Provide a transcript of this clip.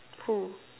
who